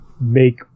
make